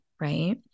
right